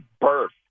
birth